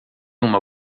uma